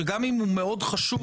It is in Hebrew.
שגם אם הוא מאוד חשוב,